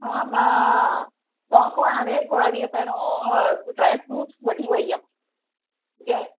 हा मां तव्हां खों हाणे थोरा ॾींहं पहिरियों ड्राइ फ्रूट्स वठी वई हुयमि येस